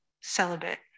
celibate